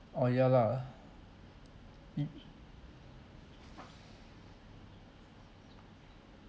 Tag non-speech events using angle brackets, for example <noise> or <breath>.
oh ya lah mm <breath>